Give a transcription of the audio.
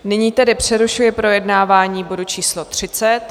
Nyní tedy přerušuji projednávání bodu číslo 30.